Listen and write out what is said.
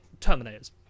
Terminators